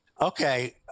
Okay